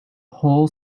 whole